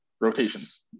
rotations